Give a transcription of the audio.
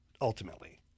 ultimately